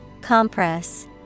Compress